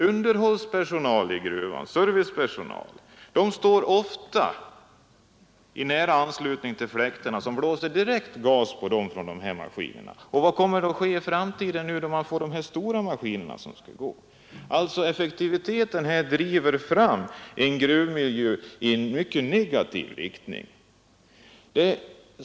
Underhållspersonal och servicepersonal i gruvan står ofta nära fläktarna, som blåser gaser från de här maskinerna direkt på dem. Och vad kommer att ske i framtiden, när de stora maskinerna skall vara i gång? Effektivitetskravet driver alltså fram en negativ förändring av gruvmiljön.